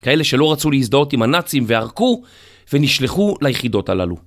כאלה שלא רצו להזדהות עם הנאצים וערקו ונשלחו ליחידות הללו.